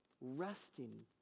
Resting